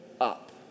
up